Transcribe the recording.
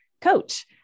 coach